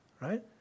Right